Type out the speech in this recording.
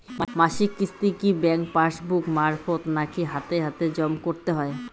মাসিক কিস্তি কি ব্যাংক পাসবুক মারফত নাকি হাতে হাতেজম করতে হয়?